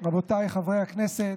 רבותיי חברי הכנסת,